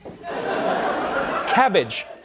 Cabbage